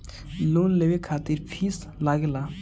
Loan लेवे खातिर fees लागेला?